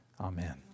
Amen